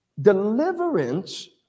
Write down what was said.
deliverance